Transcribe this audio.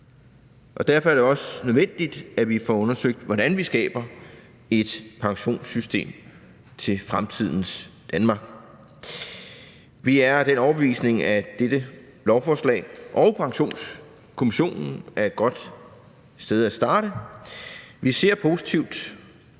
Derfor er det også nødvendigt, at vi får undersøgt, hvordan vi skaber et pensionssystem til fremtidens Danmark. Vi er af den overbevisning, at dette lovforslag og Pensionskommissionen er et godt sted at starte. Vi ser positivt